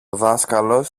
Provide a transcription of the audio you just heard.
δάσκαλος